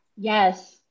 yes